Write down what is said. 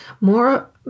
more